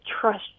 trust